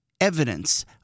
evidence